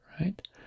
right